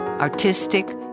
artistic